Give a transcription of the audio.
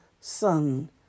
Son